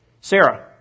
Sarah